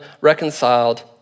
reconciled